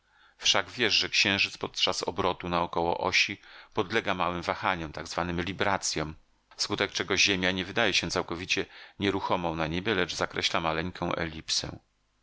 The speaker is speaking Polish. wszak wiesz że księżyc podczas obrotu naokoło osi podlega małym wahaniom tak zwanym libracjom wskutek czego ziemia nie wydaje się całkowicie nieruchomą na niebie lecz zakreśla maleńką elipsę